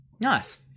Nice